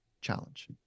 challenge